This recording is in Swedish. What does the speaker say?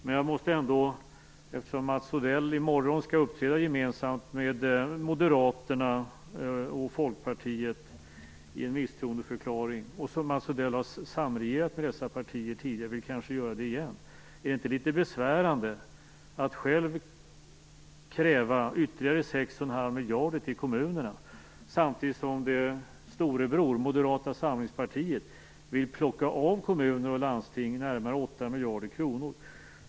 I morgon skall Mats Odell uppträda gemensamt med Moderaterna och Folkpartiet i en misstroendeförklaring, och Mats Odell har dessutom samregerat med dessa partier tidigare och kanske vill göra det igen. Är det inte litet besvärande att själv kräva ytterligare 6,5 miljarder till kommunerna samtidigt som storebror, Moderata samlingspartiet, vill plocka av kommuner och landsting närmare 8 miljarder kronor?